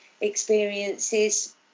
experiences